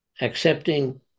accepting